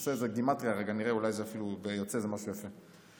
תעשה לזה גימטרייה, אולי אפילו זה יוצא משהו יפה.